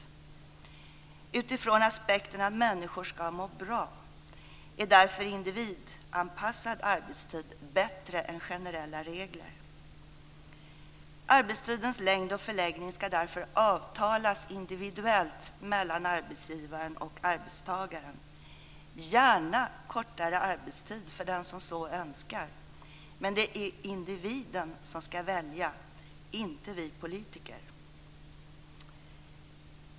Utifrån aspekten att människor ska må bra är därför individanpassad arbetstid bättre än generella regler. Arbetstidens längd och förläggning ska därför avtalas individuellt mellan arbetsgivaren och arbetstagaren. Det kan gärna innebära kortare arbetstid för den som så önskar, men det är individen som ska välja - inte vi politiker.